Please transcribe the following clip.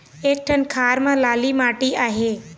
एक ठन खार म लाली माटी आहे?